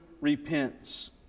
repents